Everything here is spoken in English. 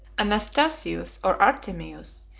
anastasius or artemius,